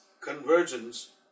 convergence